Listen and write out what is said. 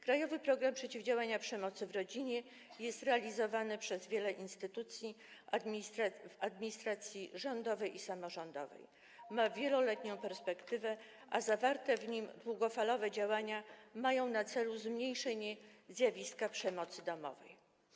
Krajowy program przeciwdziałania przemocy w Rodzinie” jest realizowany przez wiele instytucji w administracji rządowej i samorządowej, ma wieloletnią perspektywę, a zawarte w nim długofalowe działania mają na celu zmniejszenie zjawiska przemocy domowej.